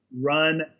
run